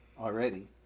already